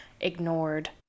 ignored